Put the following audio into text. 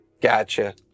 Gotcha